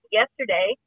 yesterday